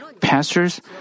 Pastors